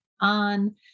on